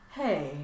Hey